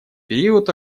период